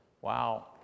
Wow